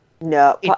No